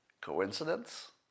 Coincidence